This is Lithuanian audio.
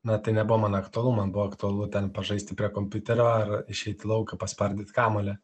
na tai nebuvo man aktualu man buvo aktualu ten pažaisti prie kompiuterio ar išeiti į lauką paspardyt kamuolį